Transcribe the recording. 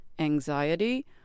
anxiety